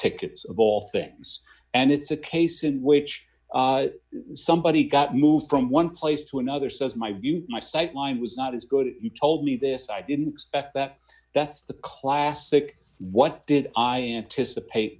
tickets of all things and it's a case in which somebody's got moved from one place to another says my view my sightline was not as good you told me this i didn't expect that that's the classic what did i anticipate